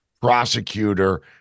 prosecutor